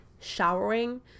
showering